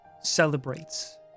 celebrates